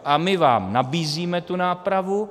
A my vám nabízíme tu nápravu.